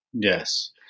Yes